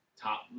top